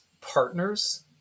partners